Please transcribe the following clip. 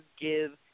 give